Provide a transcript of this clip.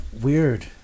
Weird